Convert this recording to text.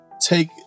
take